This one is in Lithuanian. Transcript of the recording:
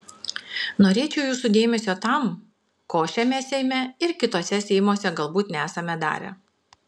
norėčiau jūsų dėmesio tam ko šiame seime ir kituose seimuose galbūt nesame darę